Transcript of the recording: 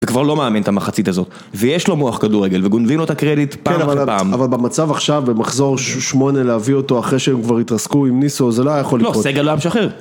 וכבר לא מאמן את המחצית הזאת, ויש לו מוח כדורגל, וגונבים לו את הקרדיט פעם אחרי פעם. כן, אבל במצב עכשיו, במחזור שמונה להביא אותו אחרי שהם כבר התרסקו עם ניסו, זה לא היה יכול לקרות. לא, סגל לא היה משחרר.